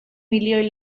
milioi